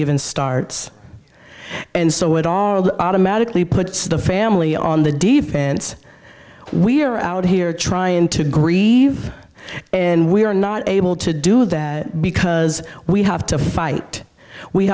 even starts and so it all automatically puts the family on the defense we're out here trying to grieve and we are not able to do that because we have to fight we